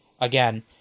again